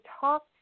talk